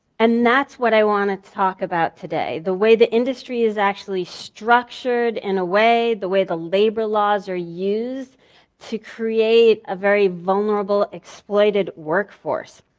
and that's what i wanted to talk about today. the way the industry is actually structured in and a way, the way the labor laws are used to create a very vulnerable exploited workforce.